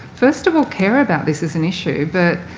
first of all, care about this as an issue but,